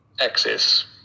access